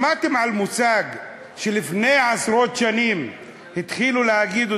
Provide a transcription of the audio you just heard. שמעתם על מושג שלפני עשרות שנים התחילו להגיד,